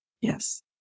Yes